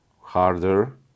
harder